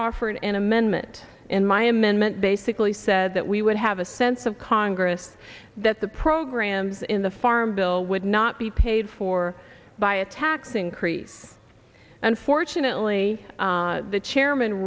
offered an amendment in my amendment basically said that we would have a sense of congress that the programs in the farm bill would not be paid for by a tax increase unfortunately the chairman